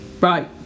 right